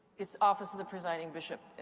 it's office of the presiding bishop,